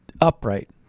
upright